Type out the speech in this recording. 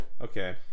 okay